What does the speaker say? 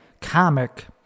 comic